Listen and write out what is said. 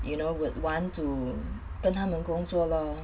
you know would want to 跟他们工作 lor